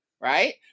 right